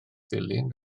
ddilyn